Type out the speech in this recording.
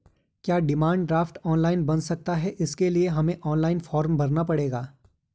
क्या demand draft online बन सकता है इसके लिए हमें ऑनलाइन फॉर्म भरना पड़ेगा?